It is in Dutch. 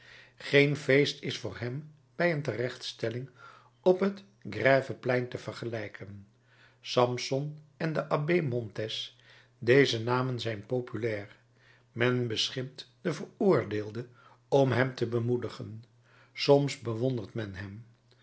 geen feest is voor hem bij een terechtstelling op het grève plein te vergelijken samson en de abbé montès deze namen zijn populair men beschimpt den veroordeelde om hem te bemoedigen soms bewondert men hem